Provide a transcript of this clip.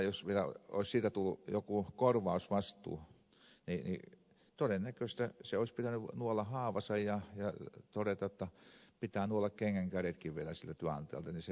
jos siitä vielä olisi tullut joku korvausvastuu niin todennäköisesti sen työntekijän olisi pitänyt nuolla haavansa ja todeta jotta pitää nuolla kengänkärjetkin vielä siltä työnantajalta niin se sitten riittää